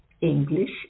English